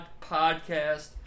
podcast